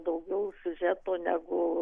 daugiau siužeto negu